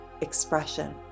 expression